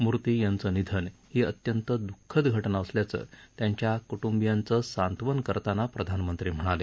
मूर्ती यांचं निधन ही अत्यंत दुःखद घटना असल्याचं त्यांच्या कुटुंबियांचं सांत्वन करताना प्रधानमंत्री म्हणाले